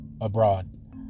abroad